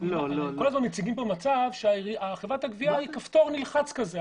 כל הזמן מציגים פה שחברת הגבייה היא כפתור נלחץ כזה,